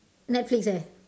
netflix eh